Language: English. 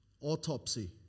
Autopsy